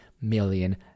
million